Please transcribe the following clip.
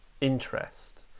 interest